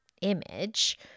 image